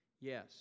Yes